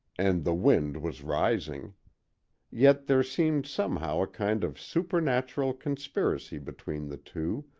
and the wind was rising yet there seemed somehow a kind of supernatural conspiracy between the two,